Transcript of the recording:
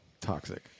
toxic